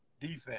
defense